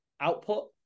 output